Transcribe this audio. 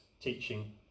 teaching